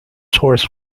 horse